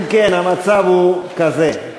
אם כן, המצב הוא כזה: